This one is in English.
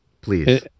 Please